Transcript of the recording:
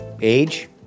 age